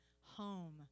home